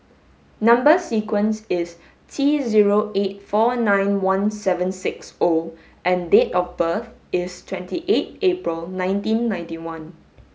number sequence is T zero eight four nine one seven six O and date of birth is twenty eight April nineteen ninety one